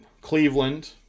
Cleveland